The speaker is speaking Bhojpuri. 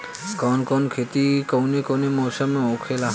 कवन कवन खेती कउने कउने मौसम में होखेला?